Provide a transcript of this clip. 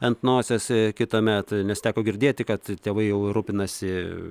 ant nosies kitąmet nes teko girdėti kad tėvai jau rūpinasi